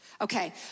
Okay